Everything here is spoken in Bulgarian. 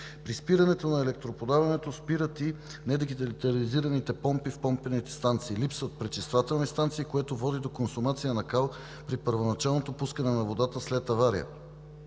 При спирането на електроподаването спират и недигитализираните помпи в помпените станции. Липсват пречиствателни станции, което води до консумация на кал при първоначалното пускане на водата след авария.